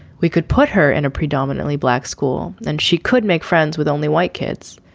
we could put her in a predominantly black school, then she could make friends with only white kids.